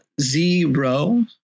zero